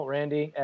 Randy